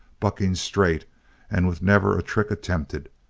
bucking straight and with never a trick attempted,